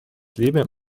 leben